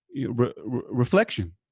reflection